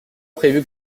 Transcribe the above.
prévu